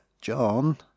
John